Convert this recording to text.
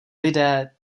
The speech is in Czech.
lidé